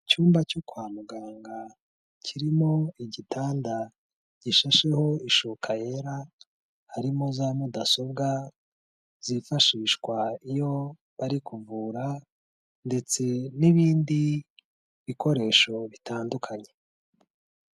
Icyumba cyo kwa muganga kirimo igitanda gishasheho ishuka yera harimo za mudasobwa zifashishwa iyo bari kuvura ndetse n'ibindi bikoresho bitandukanye.